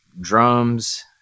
drums